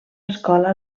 escola